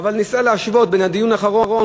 אבל ניסה להשוות בין הדיון האחרון,